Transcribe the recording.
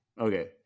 Okay